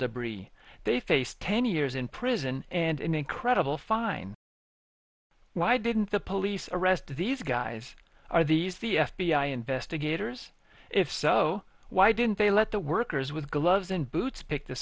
debris they faced ten years in prison and an incredible fine why didn't the police arrest these guys are these the f b i investigators if so why didn't they let the workers with gloves and boots pick the